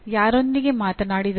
ಯಾರೊಂದಿಗೆ ಮಾತನಾಡಿದರು